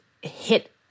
hit